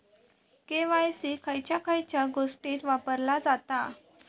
KYC खयच्या खयच्या गोष्टीत वापरला जाता?